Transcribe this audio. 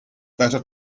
better